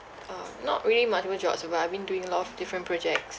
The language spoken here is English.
uh not really multiple jobs but I've been doing a lot of different projects